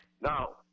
Now